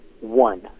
one